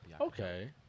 Okay